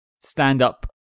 stand-up